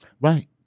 Right